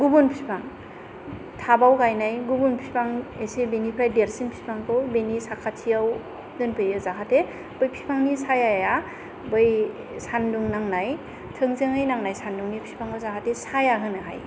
गुबुन बिफां ताब आव गायनाय गुबुन बिफां एसे बिनिफ्राय देरसिन बिफांखौ बेनि साखाथियाव दोनफैयो जाहाथे बै बिफांनि सायाया बै सान्दुं नांनाय थोंजोङै नांनाय सान्दुंनि बिफांआव जाहाथे साया होनो होयो